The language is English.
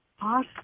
Awesome